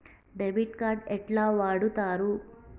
Debit card ఎట్లా వాడుతరు?